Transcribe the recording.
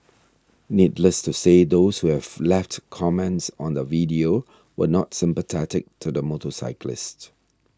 needless to say those who have left comments on the video were not sympathetic to the motorcyclist